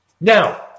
Now